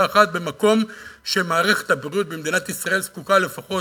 אחת במקום שמערכת הבריאות במדינת ישראל זקוקה לפחות,